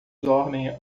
dormem